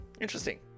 Interesting